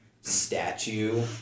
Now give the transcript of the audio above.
statue